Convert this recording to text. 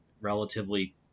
relatively